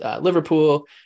Liverpool